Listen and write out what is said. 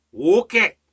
Okay